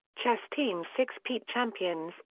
chess team six peat champions,